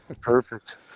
Perfect